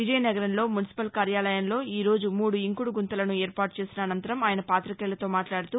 విజయనగరంలో మున్సిపల్ కార్యాలయంలో ఈ రోజు మూడు ఇంకుడు గుంతలను ఏర్పాటు చేసిన అనంతరం ఆయన పాతికేయులతో మాట్లాడుతూ